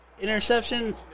Interception